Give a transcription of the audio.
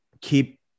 keep